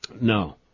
No